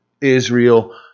Israel